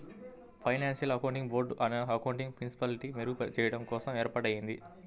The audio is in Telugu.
ఫైనాన్షియల్ అకౌంటింగ్ బోర్డ్ అకౌంటింగ్ ప్రిన్సిపల్స్ని మెరుగుచెయ్యడం కోసం ఏర్పాటయ్యింది